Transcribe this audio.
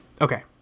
Okay